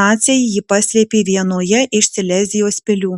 naciai jį paslėpė vienoje iš silezijos pilių